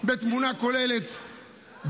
בתמונה כוללת,